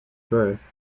birth